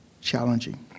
Challenging